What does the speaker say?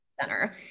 center